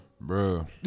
Bro